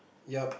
yup